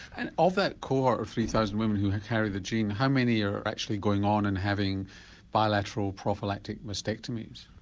and of that core of three thousand women who carry the gene, how many are actually going on and having bilateral prophylactic mastectomies?